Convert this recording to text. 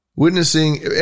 Witnessing